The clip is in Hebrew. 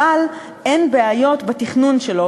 אבל אין בעיות בתכנון שלו.